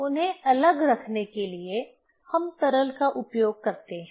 उन्हें अलग रखने के लिए हम तरल का उपयोग करते हैं